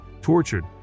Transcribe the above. tortured